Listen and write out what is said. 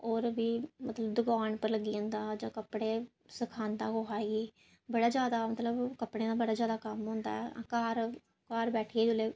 होर बी मतलब दुकान पर लग्गी जंदा कपड़े सखांदा बाकियें गी बड़ा जैदा मतलब कपड़े दा बड़ा जैदा कम्म होंदा ऐ घार बैठियै जिसले